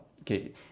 Okay